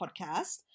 podcast